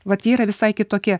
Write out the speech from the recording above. vat jie yra visai kitokie